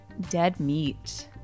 DEADMEAT